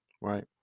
right